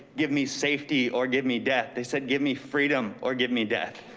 give me safety or give me death. they said, give me freedom or give me death.